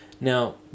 Now